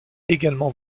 également